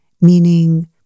meaning